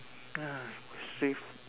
ha will save